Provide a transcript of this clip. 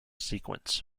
sequence